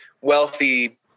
Wealthy